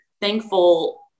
thankful